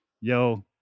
Yo